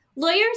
Lawyers